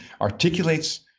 articulates